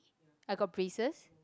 I got braces